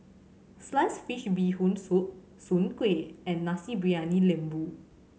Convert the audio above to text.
sliced fish Bee Hoon Soup Soon Kueh and Nasi Briyani Lembu